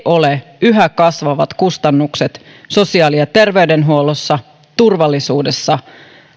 ole yhä kasvavat kustannukset sosiaali ja terveydenhuollossa turvallisuudessa